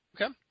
okay